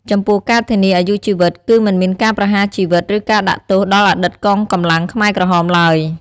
ចំពោះការធានាអាយុជីវិត គឺមិនមានការប្រហារជីវិត ឬការដាក់ទោសដល់អតីតកងកម្លាំងខ្មែរក្រហមឡើយ។